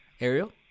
ariel